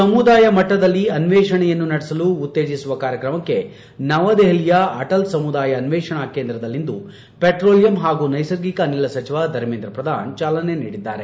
ಸಮುದಾಯ ಮಟ್ಟದಲ್ಲಿ ಅನ್ವೇಷಣೆಯನ್ನು ನಡೆಸಲು ಉತ್ತೇಜಿಸುವ ಕಾರ್ಯಕ್ರಮಕ್ಕೆ ನವದೆಹಲಿಯ ಅಟಲ್ ಸಮುದಾಯ ಅನ್ವೇಷಣಾ ಕೇಂದ್ರದಲ್ಲಿಂದು ಪೆಟ್ರೋಲಿಯಂ ಹಾಗೂ ನೈಸರ್ಗಿಕ ಅನಿಲ ಸಚಿವ ಧರ್ಮೇಂದ ಪ್ರಧಾನ್ ಚಾಲನೆ ನೀಡಿದ್ದಾರೆ